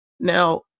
Now